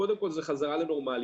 קודם כל, זה חזרה לנורמליות.